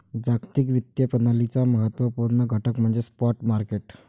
जागतिक वित्तीय प्रणालीचा महत्त्व पूर्ण घटक म्हणजे स्पॉट मार्केट